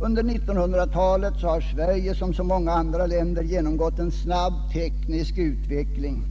Under 1900-talet har Sverige som så många andra länder genomgått en snabb teknisk utveckling.